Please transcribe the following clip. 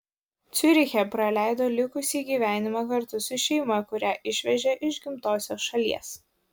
ciuriche praleido likusį gyvenimą kartu su šeima kurią išvežė iš gimtosios šalies